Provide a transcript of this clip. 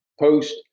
post